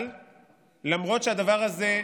אבל למרות שהדבר הזה,